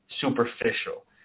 superficial